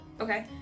Okay